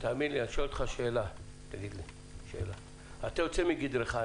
אני שואל אותך שאלה: אתה יוצא מגדרך,